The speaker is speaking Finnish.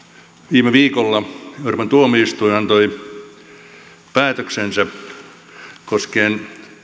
viime viikolla euroopan tuomioistuin antoi päätöksensä koskien